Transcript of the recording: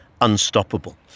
unstoppable